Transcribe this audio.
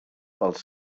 pels